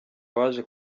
baje